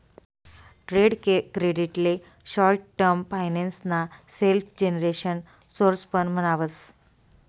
trade credit ले short term finance ना self generation source पण म्हणावस